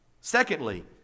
Secondly